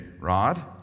Rod